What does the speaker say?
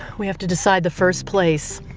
we have to decide the first place.